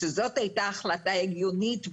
שזאת הייתה החלטה הגיונית,